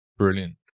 Brilliant